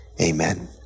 amen